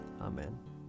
Amen